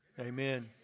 Amen